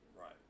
right